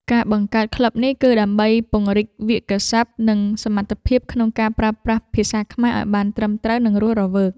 ការបង្កើតក្លឹបនេះគឺដើម្បីពង្រីកវាក្យសព្ទ និងសមត្ថភាពក្នុងការប្រើប្រាស់ភាសាខ្មែរឱ្យបានត្រឹមត្រូវ និងរស់រវើក។